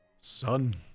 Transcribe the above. Son